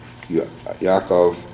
Yaakov